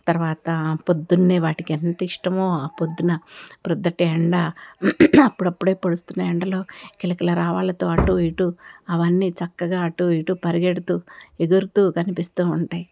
తర్వాత పొద్దున్నే వాటికి ఎంత ఇష్టమో ఆ పొద్దున ప్రొద్దుటెండ అప్పుడప్పుడే పొడుస్తున్న ఎండలో కిలకల రావాలతో అటు ఇటు అవన్నీ చక్కగా అటు ఇటు పరిగెడుతూ ఎగురుతూ కనిపిస్తూ ఉంటే